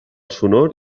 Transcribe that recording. sonor